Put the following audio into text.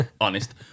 honest